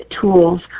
tools